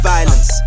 Violence